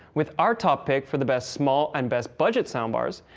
with our top pick for the best small and best budget soundbars,